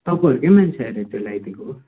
तपाईँहरूकै मान्छे आएर त्यो लगाइदिएको